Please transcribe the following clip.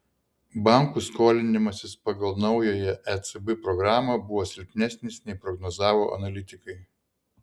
bankų skolinimasis pagal naująją ecb programą buvo silpnesnis nei prognozavo analitikai